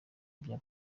vya